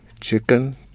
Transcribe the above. chicken